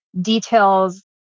details